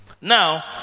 Now